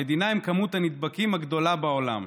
המדינה עם כמות הנדבקים הגדולה בעולם.